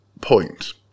point